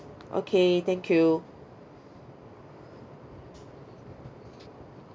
okay thank you